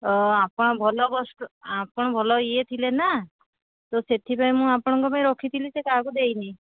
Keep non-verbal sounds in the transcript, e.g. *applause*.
ଓ ଆପଣ ଭଲ ବସ୍ *unintelligible* ଆପଣ ଭଲ ଇଏ ଥିଲେ ନା ତ ସେଥିପାଇଁ ମୁଁ ଆପଣଙ୍କ ପାଇଁ ରଖିଥିଲି ସେ କାହାକୁ ଦେଇନି